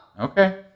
Okay